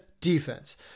defense